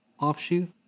offshoot